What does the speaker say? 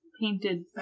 painted